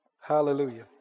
Hallelujah